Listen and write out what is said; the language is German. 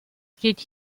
steht